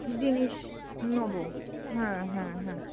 জিনিস নোবো হ্যাঁ হ্যাঁ হ্যাঁ